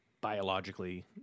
biologically